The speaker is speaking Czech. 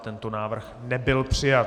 Tento návrh nebyl přijat.